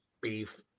Beef